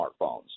smartphones